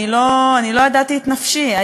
אני לא ידעתי את נפשי,